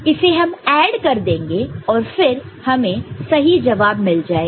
इसे हम ऐड कर देंगे और फिर हमें सही जवाब मिल जाएगा